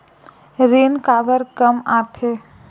ऋण काबर कम आथे?